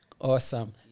Awesome